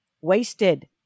wasted